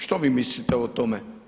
Što vi mislite o tome?